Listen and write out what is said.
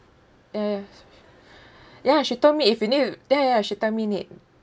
ya ya ya she told me if you need a ya ya ya she tell me need